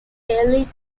early